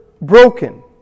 broken